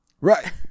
Right